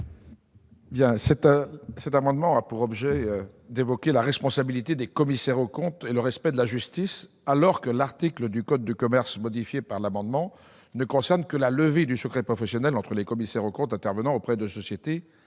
? Cet amendement traite de la responsabilité des commissaires aux comptes et du respect de la justice, alors que l'article visé du code de commerce ne concerne que la levée du secret professionnel entre les commissaires aux comptes intervenant auprès de sociétés